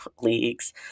leagues